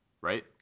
right